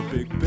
Big